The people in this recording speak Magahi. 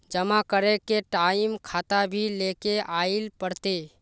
जमा करे के टाइम खाता भी लेके जाइल पड़ते?